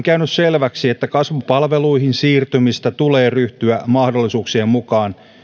käynyt selväksi että kasvupalveluihin siirtymistä tulee ryhtyä mahdollisuuksien mukaan